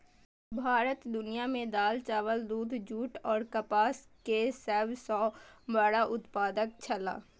भारत दुनिया में दाल, चावल, दूध, जूट और कपास के सब सॉ बड़ा उत्पादक छला